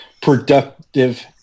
productive